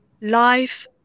life